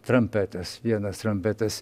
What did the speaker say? trampetas vienas trampetas